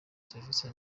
serivisi